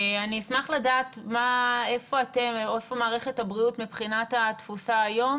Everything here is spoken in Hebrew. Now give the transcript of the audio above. אני אשמח לדעת איפה מערכת הבריאות מבחינת התפוסה היום